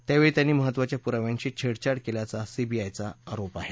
त्यावेळी त्यांनी महत्वाच्या पुराव्यांशी छेडछाड केल्याचा सीबीआयचा आरोप आहे